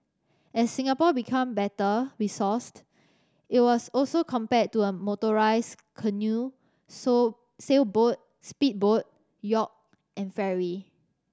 as Singapore became better resourced it was also compared to a motorized canoe so sailboat speedboat yacht and ferry